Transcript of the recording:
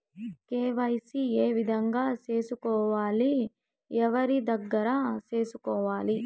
KYC ఏ విధంగా సేసుకోవాలి? ఎవరి దగ్గర సేసుకోవాలి?